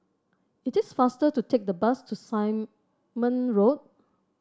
it is faster to take the bus to Simon Road